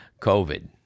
COVID